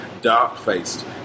dark-faced